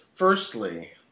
Firstly